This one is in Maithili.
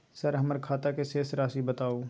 सर हमर खाता के शेस राशि बताउ?